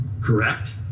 correct